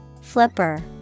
Flipper